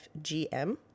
FGM